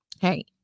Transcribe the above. Hey